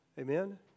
Amen